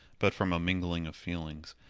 but from a mingling of feelings.